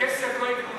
בכסף לא יקנו נשים.